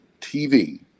TV